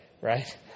right